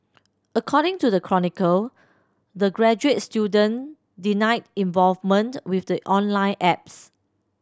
according to the Chronicle the graduate student denied involvement with the online ads